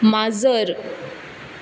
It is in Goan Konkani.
माजर